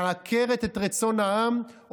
מעקרת את רצון העם.